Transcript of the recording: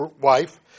wife